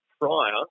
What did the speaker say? prior